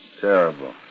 terrible